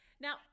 Now